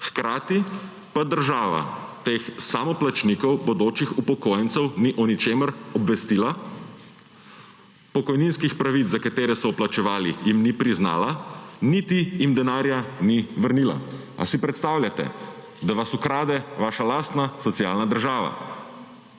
hkrati pa država teh samoplačnikov, bodočih upokojencev, ni o ničemer obvestila, pokojninskih pravic, za katere so vplačevali, jim ni priznala, niti jim denarja ni vrnila. Ali si predstavljate, da vas okrade vaša lastna socialna država?